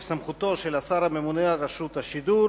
סמכותו של השר הממונה על רשות השידור